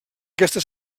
aquesta